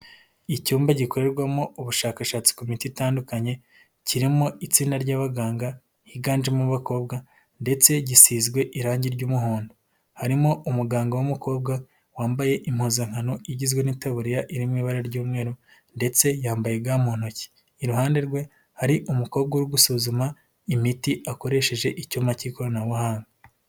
Icyumba gikorerwamo ubushakashatsi ku miti itandukanye, kirimo itsinda ry'abaganga, higanjemo abakobwa, ndetse gisizwe irangi ry'umuhondo, harimo umuganga w'umukobwa, wambaye impuzankano igizwe n'iteburiya irimo ibara ry'umweru, ndetse yambaye Ga mu ntoki, iruhande rwe hari umukobwa wo gusuzuma imiti akoresheje icyuma cy'ikoranabuhanga.